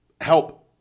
help